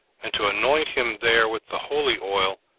and to anoint him there with the holy oil,